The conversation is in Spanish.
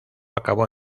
acabó